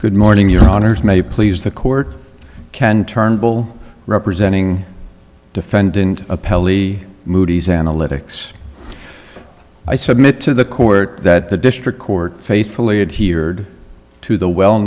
good morning your honors may please the court can turnbull representing defendant appellee moody's analytics i submit to the court that the district court faithfully adhere to the well